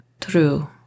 True